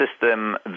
system